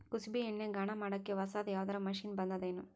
ಕುಸುಬಿ ಎಣ್ಣೆ ಗಾಣಾ ಮಾಡಕ್ಕೆ ಹೊಸಾದ ಯಾವುದರ ಮಷಿನ್ ಬಂದದೆನು?